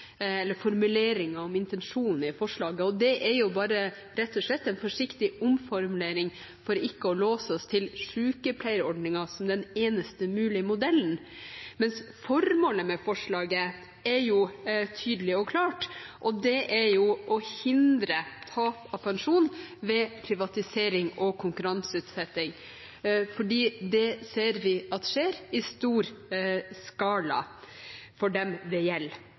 i forslaget. Det er bare rett og slett en forsiktig omformulering for ikke å låse oss til sykepleierordningen som den eneste mulige modellen. Formålet med forslaget er tydelig og klart. Det er å hindre tap av pensjon ved privatisering og konkurranseutsetting, for det ser vi skjer i stor skala for dem det gjelder.